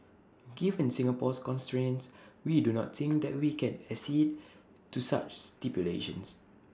given Singapore's constraints we do not think that we can accede to such stipulations